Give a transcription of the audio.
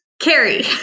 Carrie